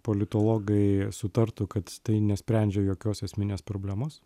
politologai sutartų kad tai nesprendžia jokios esminės problemos